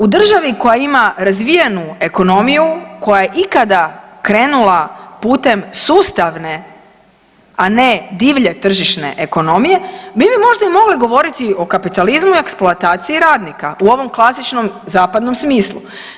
U državi koja ima razvijenu ekonomiju koja je ikada krenula putem sustavne, a ne divlje tržište ekonomije bi mi možda i mogli govoriti o kapitalizmu i eksploataciji radnika u ovom klasičnom zapadnom smislu.